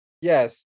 Yes